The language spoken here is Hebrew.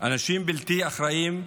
אנשים בלתי אחראיים,